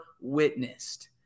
witnessed